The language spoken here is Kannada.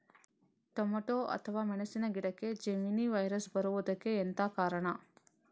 ಟೊಮೆಟೊ ಅಥವಾ ಮೆಣಸಿನ ಗಿಡಕ್ಕೆ ಜೆಮಿನಿ ವೈರಸ್ ಬರುವುದಕ್ಕೆ ಎಂತ ಕಾರಣ?